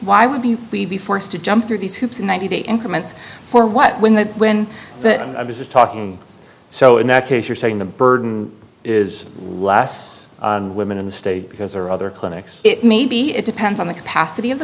why would be we be forced to jump through these hoops in ninety day increment for what when the when i was just talking so in that case you're saying the burden is why last woman in the state because there are other clinics it maybe it depends on the capacity of the